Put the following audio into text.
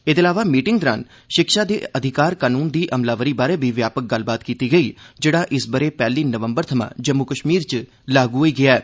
एहदे अलावा मीटिंग दौरान शिक्षा दे अधिकार कानून दी अमलावरी बारै बी व्यापक गल्लबात कीती गेई जेहड़ा इस ब' रे पैहली नवम्बर थमां जम्मू कश्मीर च लागू होई गेआ ऐ